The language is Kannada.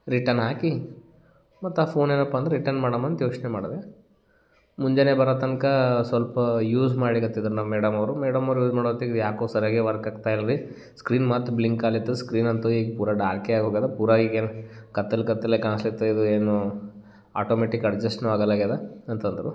ರಿಟರ್ನ್ ಹಾಕಿ ಮತ್ತು ಆ ಫೋನ್ ಏನಪ್ಪ ಅಂದ್ರೆ ರಿಟರ್ನ್ ಮಾಡಾಣ ಅಂತ ಯೋಚನೆ ಮಾಡಿದೆ ಮುಂಜಾನೆ ಬರೋ ತನಕ ಸ್ವಲ್ಪ ಯೂಸ್ ಮಾಡ್ಲಿಕತ್ತಿದ್ರು ನಮ್ಮ ಮೇಡಮ್ ಅವರು ಮೇಡಮ್ ಅವ್ರು ಯೂಸ್ ಮಾಡೋ ಹೊತ್ತಿಗ್ ಯಾಕೊ ಸರಿಯಾಗೇ ವರ್ಕ್ ಆಗ್ತಾ ಇಲ್ಲ ರಿ ಸ್ಕ್ರೀನ್ ಮತ್ತೆ ಬ್ಲಿಂಕ್ ಆಲಿತ್ತದ್ ಸ್ಕ್ರೀನ್ ಅಂತೂ ಈಗ ಪೂರ ಡಾರ್ಕೇ ಆಗಿ ಹೋಗದೆ ಪೂರ ಈಗೇನು ಕತ್ತಲೆ ಕತ್ತಲೆ ಕಾಣ್ಸ್ಲಿತ್ತು ಇದು ಏನೂ ಆಟೋಮ್ಯಾಟಿಕ್ ಅಡ್ಜಸ್ಟೂ ಆಗಲ್ಲಾಗ್ಯದ ಅಂತ ಅಂದರು